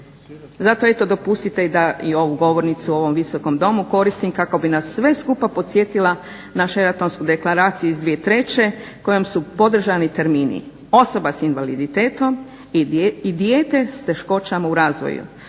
Zato eto dopustite da i ovu govornicu u ovom Visokom domu koristim kako bi nas sve skupa podsjetila na Šeratonsku deklaraciju iz 2003. kojom su podržani termini osoba s invaliditetom i dijete s teškoćama u razvoju